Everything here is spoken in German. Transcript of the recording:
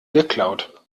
geklaut